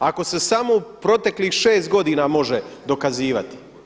Ako se samo u proteklih 6 godina može dokazivati.